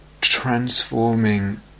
transforming